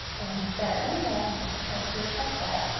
and then we'll make a plan for your cycle.